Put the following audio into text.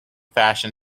fashion